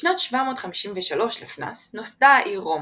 בשנת 753 לפנה"ס נוסדה העיר רומא.